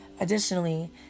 Additionally